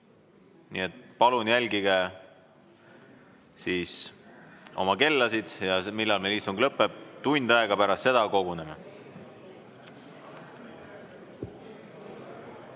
Nii et palun jälgige oma kellasid, millal meil istung lõppeb. Tund aega pärast seda koguneme.